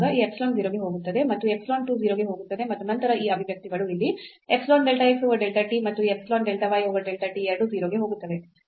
ಈ epsilon 0 ಗೆ ಹೋಗುತ್ತದೆ ಮತ್ತು ಈ epsilon 2 0 ಗೆ ಹೋಗುತ್ತದೆ ಮತ್ತು ನಂತರ ಈ ಅಭಿವ್ಯಕ್ತಿಗಳು ಇಲ್ಲಿ epsilon delta x over delta t ಮತ್ತು ಈ epsilon delta y over delta t ಎರಡೂ 0 ಗೆ ಹೋಗುತ್ತವೆ